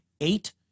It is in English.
eight